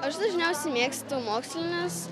aš dažniausiai mėgstu mokslines